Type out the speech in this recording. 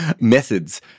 methods